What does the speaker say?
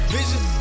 Vision